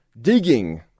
digging